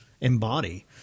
embody